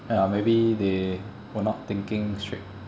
ya maybe they were not thinking straight